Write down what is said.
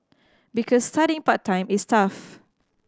because studying part time is tough